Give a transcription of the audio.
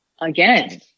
again